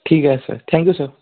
ठीक आहे sir thank you sir